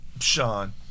Sean